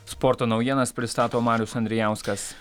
sporto naujienas pristato marius andrijauskas